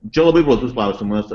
čia labai platus klausimas